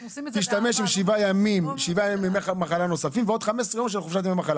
תשתמש עם 7 ימי מחלה נוספים ועוד 15 יום של ימי חופשה.